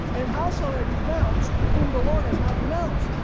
and how shall i denounce whom the lord has not denounced?